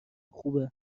خوبه